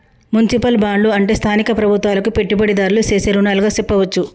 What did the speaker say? municipal బాండ్లు అంటే స్థానిక ప్రభుత్వాలకు పెట్టుబడిదారులు సేసే రుణాలుగా సెప్పవచ్చు